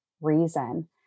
reason